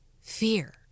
fear